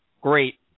great